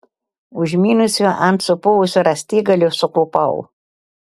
užmynusi ant supuvusio rąstigalio suklupau